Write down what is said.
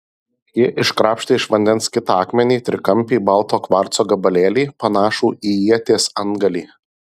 ji iškrapštė iš vandens kitą akmenį trikampį balto kvarco gabalėlį panašų į ieties antgalį